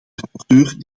rapporteur